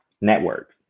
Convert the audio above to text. networks